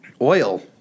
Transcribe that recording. oil